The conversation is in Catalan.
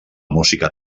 música